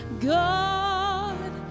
God